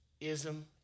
ism